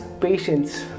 patience